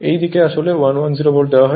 এই দিকে আসলে 110 ভোল্ট দেওয়া হয়